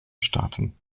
staaten